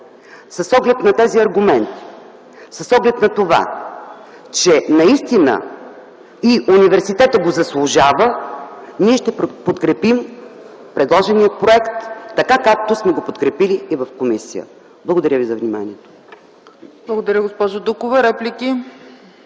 С оглед на тези аргументи, с оглед на това, че наистина и университетът го заслужава, ние ще подкрепим предложения проект така, както сме го подкрепили и в комисията. Благодаря ви за вниманието. ПРЕДСЕДАТЕЛ ЦЕЦКА ЦАЧЕВА: Благодаря, госпожо Дукова. Реплики?